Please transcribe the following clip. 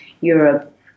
Europe